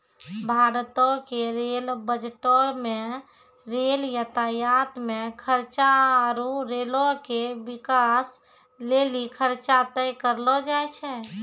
भारतो के रेल बजटो मे रेल यातायात मे खर्चा आरु रेलो के बिकास लेली खर्चा तय करलो जाय छै